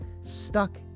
stuck